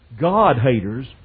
God-haters